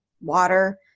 water